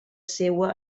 seua